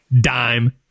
dime